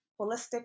holistic